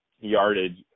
yardage